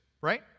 right